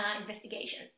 investigation